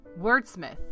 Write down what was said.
Wordsmith